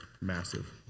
massive